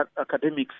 academics